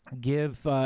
give